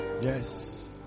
Yes